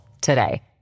today